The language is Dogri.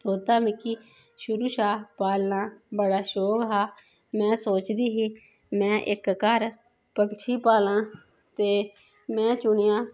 तोता मिकी शुरु शा पालना बड़ा शौक हां में सोचदी ही में इक घर पक्छी पालां ते में चुनेआ